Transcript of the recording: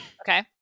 Okay